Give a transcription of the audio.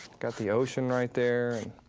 got the ocean right there